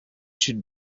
should